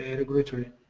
and regulatory.